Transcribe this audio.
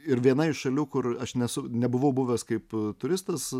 ir viena iš šalių kur aš nesu nebuvau buvęs kaip turistas